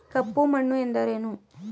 ಕಪ್ಪು ಮಣ್ಣು ಎಂದರೇನು?